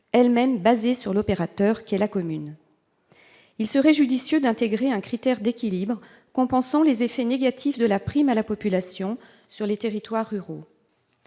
elle-même basée sur l'opérateur qu'est la commune. Il serait judicieux d'intégrer un critère d'équilibre afin de compenser les effets négatifs de la prime à la population sur les territoires ruraux.